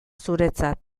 zuretzat